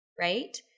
right